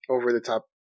over-the-top